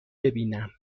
ببینم